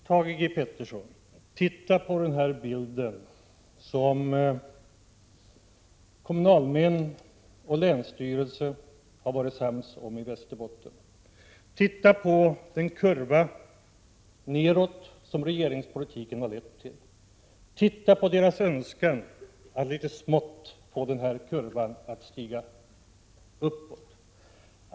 Herr talman! Se på den här bilden som jag visar, Thage G Peterson! Om utformningen av den har kommunalmännen och länsstyrelsen i Västerbotten varit ense. Se på den kurva nedåt som regeringspolitiken har lett till! Observera att vi önskar få kurvan att stiga litet uppåt!